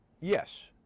Yes